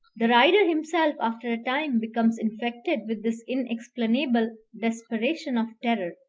the rider himself after a time becomes infected with this inexplainable desperation of terror,